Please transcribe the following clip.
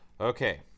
okay